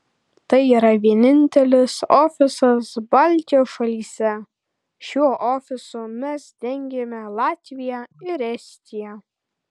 tai yra vienintelis ofisas baltijos šalyse šiuo ofisu mes dengiame latviją ir estiją